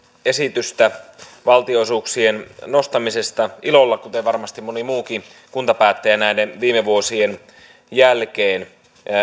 esitystä valtionosuuksien nostamisesta ilolla kuten varmasti moni muukin kuntapäättäjä näiden viime vuosien jälkeen